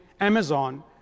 Amazon